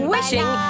Wishing